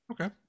Okay